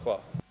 Hvala.